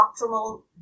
optimal